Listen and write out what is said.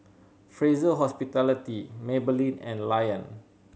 Fraser Hospitality Maybelline and Lion